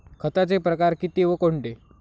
खताचे प्रकार किती व कोणते?